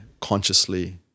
consciously